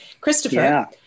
Christopher